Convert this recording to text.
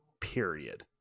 Period